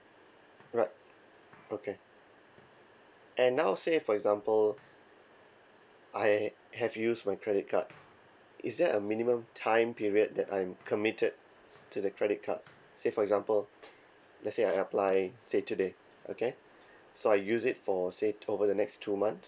right okay and now say for example I have used my credit card is there a minimum time period that I'm committed to the credit card say for example let's say I apply say today okay so I use it for say over the next two months